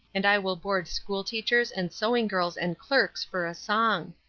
and i will board school-teachers and sewing-girls and clerks for a song.